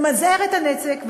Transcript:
למזער את הנזק,